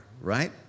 right